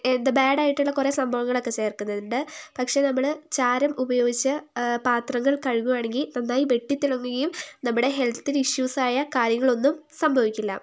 എന്താ ബേഡായിട്ടുള്ള കുറെ സംഭവങ്ങളൊക്കെ ചേർക്കുന്നുണ്ട് പക്ഷേ നമ്മൾ ചാരം ഉപയോഗിച്ച് പാത്രങ്ങൾ കഴുകുകയാണെങ്കിൽ നന്നായി വെട്ടിത്തിളങ്ങുകയും നമ്മുടെ ഹെൽത്തിന് ഇഷ്യൂസായ കാര്യങ്ങൾ ഒന്നും സംഭവിക്കില്ല